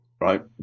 right